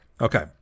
Okay